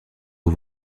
aux